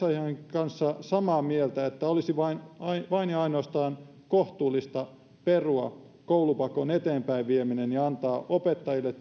kanssa samaa mieltä että olisi vain vain ja ainoastaan kohtuullista perua koulupakon eteenpäin vieminen ja antaa opettajille